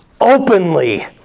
openly